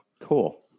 cool